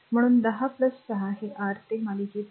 म्हणून 10 आणि 6 हे R ते मालिकेतील आहे